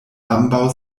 ambaŭ